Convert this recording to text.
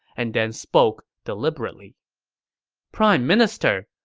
and then spoke deliberately prime minister,